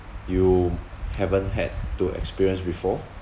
you haven't had to experience before